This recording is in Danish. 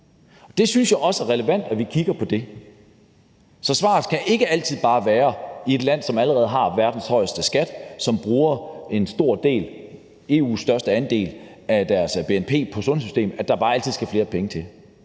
Det synes jeg også er relevant at vi kigger på. Så svaret skal ikke bare altid være i et land, som allerede har verdens højeste skat, og som bruger en stor del, den største andel i EU, af deres bnp på sundhedssystemet, at der bare altid skal flere penge til.